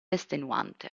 estenuante